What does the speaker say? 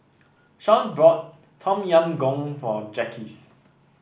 Shaun bought Tom Yam Goong for Jacques